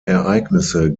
ereignisse